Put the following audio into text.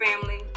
family